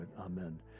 amen